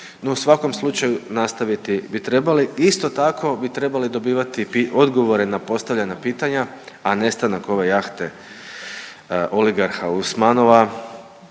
u svakom slučaju nastaviti bi trebali. Isto tako bi trebali dobivati odgovore na postavljena pitanja, a nestanak ove jahte oligarha Usmanova